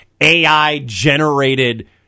AI-generated